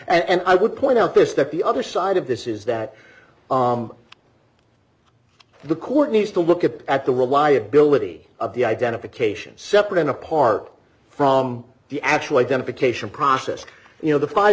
that and i would point out this that the other side of this is that the court needs to look at the at the reliability of the identification separate and apart from the actual identification process you know the five